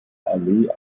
allee